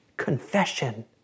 confession